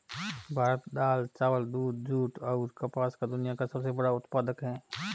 भारत दाल, चावल, दूध, जूट, और कपास का दुनिया का सबसे बड़ा उत्पादक है